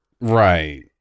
Right